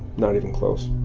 not even close.